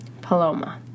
Paloma